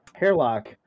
Hairlock